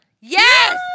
Yes